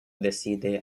decide